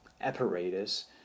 apparatus